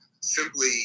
simply